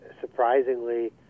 Surprisingly